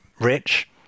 rich